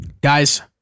guys